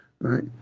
right